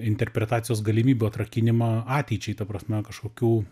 interpretacijos galimybių atrakinimą ateičiai ta prasme kažkokių